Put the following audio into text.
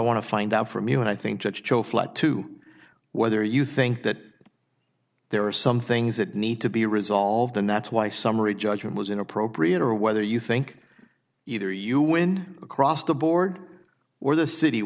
to find out from you and i think judge tjoflat to whether you think that there are some things that need to be resolved and that's why summary judgment was inappropriate or whether you think either you win across the board or the city